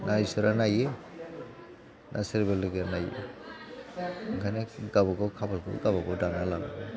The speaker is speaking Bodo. ना इसोरा नायो ना सोरबा लोगोआ नायो ओंखायनो गावबागाव खाफालखौ गावबागाव दाना लानांगौ